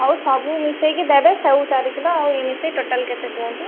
ହଉ ସବୁ ମିଶେଇକି ଦେବେ ସେଉ ଚାରି କିଲୋ ଆଉ ଇଏ ମିଶେଇ ଟୋଟାଲ୍ କେତେ କୁହନ୍ତୁ